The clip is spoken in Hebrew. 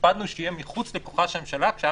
הקפדנו שיהיה מחוץ לכוחה של הממשלה כשהיה